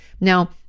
Now